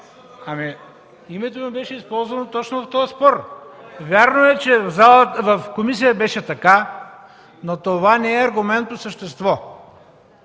Името ми беше използвано точно в този спор. Вярно е, че в комисията беше така, но това не е аргумент по същество.